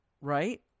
right